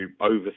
over